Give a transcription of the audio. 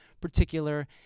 particular